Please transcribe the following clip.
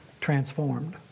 transformed